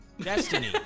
Destiny